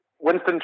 Winston